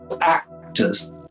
actors